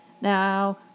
now